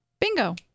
Bingo